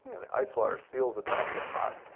and the ice water seals the top of the pot.